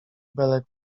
belek